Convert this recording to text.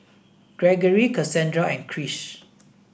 Gregory Casandra and Krish